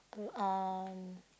uh um